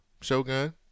Shogun